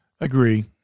Agree